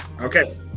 Okay